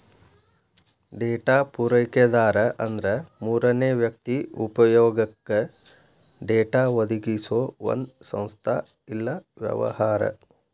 data ಪೂರೈಕೆದಾರ ಅಂದ್ರ ಮೂರನೇ ವ್ಯಕ್ತಿ ಉಪಯೊಗಕ್ಕ ಡೇಟಾ ಒದಗಿಸೊ ಒಂದ್ ಸಂಸ್ಥಾ ಇಲ್ಲಾ ವ್ಯವಹಾರ